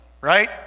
right